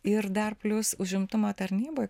ir dar plius užimtumo tarnyboj